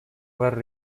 were